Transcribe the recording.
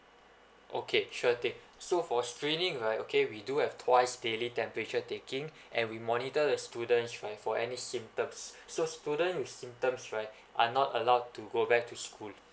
okay sure thing so for screening right okay we do have twice daily temperature taking and we monitor the students right for any symptoms so student with symptoms right are not allowed to go back to school